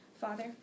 Father